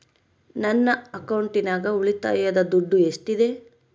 ನನ್ನ ಅಕೌಂಟಿನಾಗ ಉಳಿತಾಯದ ದುಡ್ಡು ಎಷ್ಟಿದೆ?